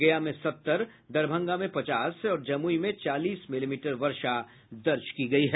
गया में सत्तर दरभंगा में पचास और जमुई में चालीस मिलीमीटर वर्षा दर्ज की गयी है